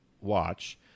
watch